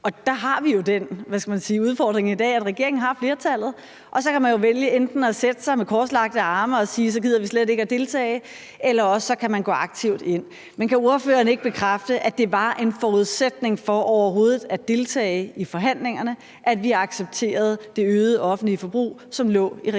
skal man sige, udfordring i dag, at regeringen har flertallet, og så kan man jo vælge enten at sætte sig med korslagte arme og sige, at så gider vi slet ikke at deltage, eller også kan man gå aktivt ind i det. Men kan ordføreren ikke bekræfte, at det var en forudsætning for overhovedet at deltage i forhandlingerne, at vi accepterede det øgede offentlige forbrug, som lå i regeringens